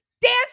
dance